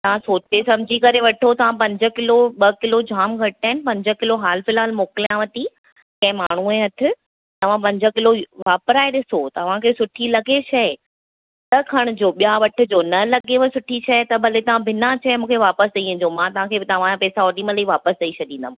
तव्हां सोचे सम्झी करे वठो तव्हां पंज किलो ॿ किलो जाम घटि आहिनि पंज किलो हाल फ़िलहाल मोकिलियांव थी कंहिं माण्हूअ जे हथु तव्हां पंज किलो वापिराए ॾिसो तव्हांखे सुठी लॻे शइ त खणिजो ॿिया वठिजो न लॻेव सुठी शइ त भले तव्हां बिना चए मूंखे वापसि ॾई वञिजो मां तव्हां खे तव्हांजा पेसा ओॾीमहिल ई वापसि ॾई छॾींदमि